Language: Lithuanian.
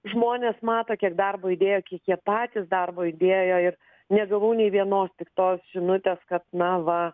žmonės mato kiek darbo įdėjo kiek jie patys darbo įdėjo ir negavau nei vienos piktos žinutes kad na va